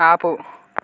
ఆపు